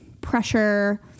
pressure